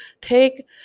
Take